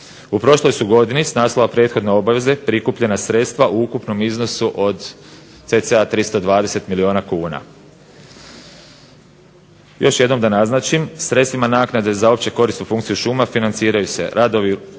U prošloj su godini s naslova prethodne obaveze prikupljena sredstva u ukupnom iznosu od cca 320 milijuna kuna. Još jednom da naznačim, sredstvima naknade za općekorisnu funkciju šuma financiraju se radovi